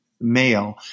male